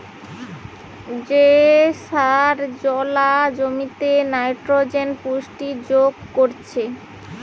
যে সার জোলা জমিতে নাইট্রোজেনের পুষ্টি যোগ করছে